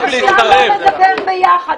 אפשר לא לדבר ביחד,